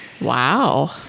Wow